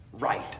Right